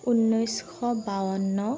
ঊনৈছশ বাৱন্ন